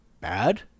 bad